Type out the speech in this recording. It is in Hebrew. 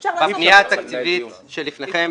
אפשר --- בפנייה התקציבית שלפניכם,